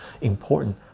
important